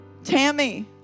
Tammy